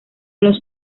los